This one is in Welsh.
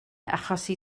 achosi